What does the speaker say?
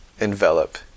envelop